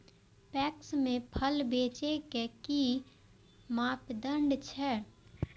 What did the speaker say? PACS में फसल बेचे के कि मापदंड छै?